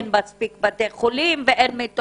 בתי חולים וכולי.